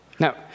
Now